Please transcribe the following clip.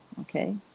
okay